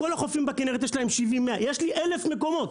לכל החופים בכנרת יש 70-100, יש לי 1000 מקומות